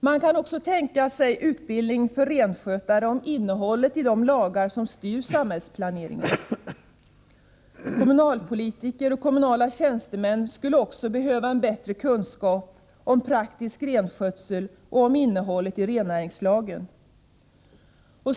Man kan också tänka sig utbildning för renskötare om innehållet i de lagar som styr samhällsplaneringen. Kommunalpolitiker och kommunala tjänstemän skulle också behöva bättre kunskap om praktisk renskötsel och om innehållet i rennäringslagen.